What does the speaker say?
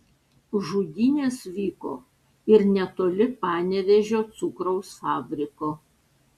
žudynės vyko ir netoli panevėžio cukraus fabriko